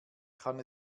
kann